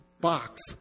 box